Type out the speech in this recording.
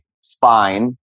spine